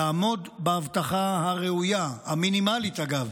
לעמוד בהבטחה הראויה, המינימלית, אגב.